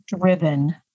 driven